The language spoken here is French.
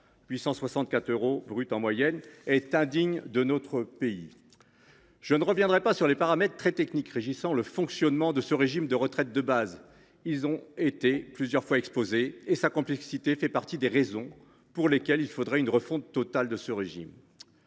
864 euros brut en moyenne. C’est indigne de notre pays. Je ne reviendrai pas sur les paramètres très techniques régissant le fonctionnement de ce régime de retraite de base. Ils ont été plusieurs fois exposés, et leur complexité fait partie des raisons pour lesquelles il faudrait une refonte totale de ce régime.